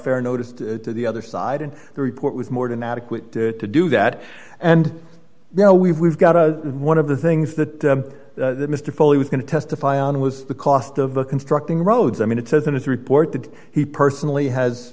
fair notice to the other side and the report was more than adequate to do that and now we've we've got to one of the things that mr foley was going to testify on was the cost of a constructing roads i mean it says in his report that he personally has